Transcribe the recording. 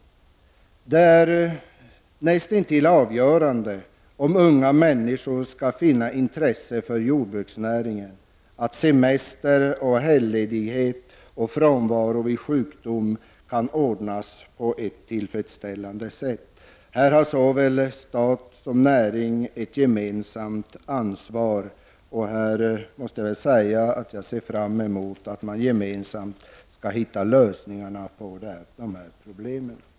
För att unga människor skall finna intresse för jordbruksnäringen är det näst intill avgörande att problem i samband med semesterledighet och frånvaro på grund av sjukdom kan lösas på ett tillfredsställande sätt. Här har såväl staten som näringen ett gemensamt ansvar. Jag ser fram mot lösningar på dessa problem.